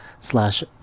slash